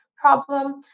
problem